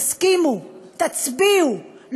תסכימו, תצביעו.